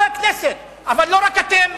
אבל לא רק אתם,